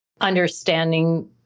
understanding